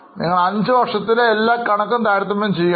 നിങ്ങൾ അഞ്ചു വർഷത്തിലെ എല്ലാ കണക്കും താരതമ്യം ചെയ്യുകയാണ്